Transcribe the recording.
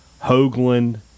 Hoagland